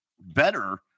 better